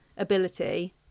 Ability